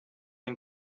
ein